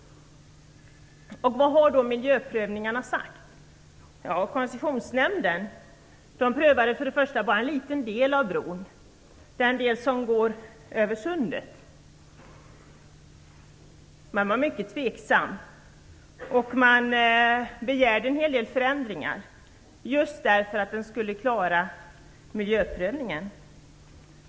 Vad säger då miljöprövningarna? Koncessionsnämnden prövade bara en liten del av bron, den del som skall gå över Sundet. Man var mycket tveksam och begärde en hel del förändringar, just därför att bron skulle klara miljöprövningen.